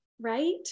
right